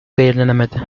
belirlenemedi